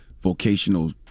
vocational